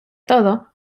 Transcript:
todo